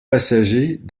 passagers